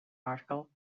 article